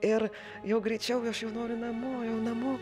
ir jau greičiau aš jau noriu namo jau namo